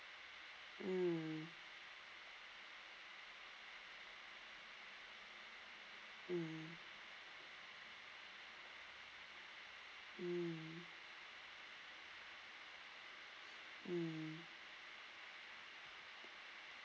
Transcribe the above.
mm mm mm mm